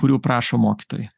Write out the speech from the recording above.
kurių prašo mokytojai